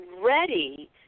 ready